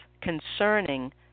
concerning